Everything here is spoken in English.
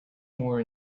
more